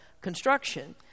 construction